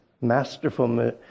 masterful